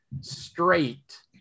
straight